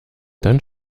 dann